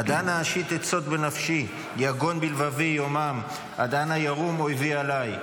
עד אנה אָשִׁית עצות בנפשי יגון בלבבי יומם עד אנה ירום אֹיְבִי עלי.